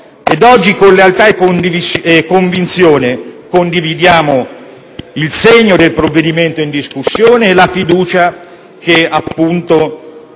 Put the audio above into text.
Oggi con lealtà e convinzione condividiamo il segno del provvedimento in discussione e la fiducia che viene